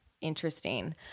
interesting